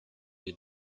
with